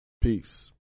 peace